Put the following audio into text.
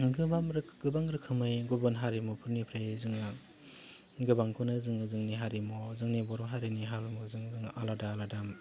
गोबां रोखोम गोबां रोखोमै गुबुन हारिमुफोरनिफ्राय जोङो गोबांखौनो जोङो जोंनि हारिमुवाव जोंनि बर' हारिनि हारिमुजों जोङो आलादा आलादा